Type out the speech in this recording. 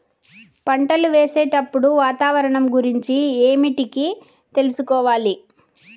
పంటలు వేసేటప్పుడు వాతావరణం గురించి ఏమిటికి తెలుసుకోవాలి?